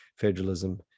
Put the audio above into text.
federalism